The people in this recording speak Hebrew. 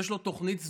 יש לו תוכנית סדורה.